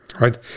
right